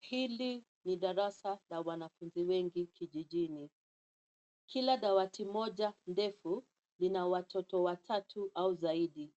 Hili ni darasa la wanafunzi wengi kijijini, kila dawati moja ndefu, lina watoto watatu au zaidi.